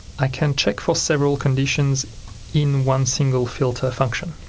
i can check for several conditions in one single filter function.